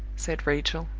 said rachel,